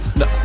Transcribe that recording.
no